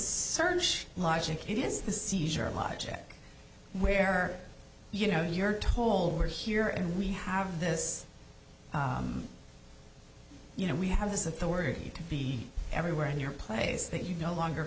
search logic it is the seizure of logic where you know you're told we're here and we have this you know we have this authority to be everywhere in your place that you no longer